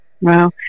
Wow